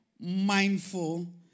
mindful